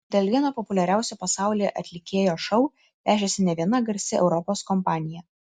dėl vieno populiariausių pasaulyje atlikėjo šou pešėsi ne viena garsi europos kompanija